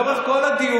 לאורך כל הדיון,